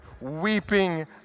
weeping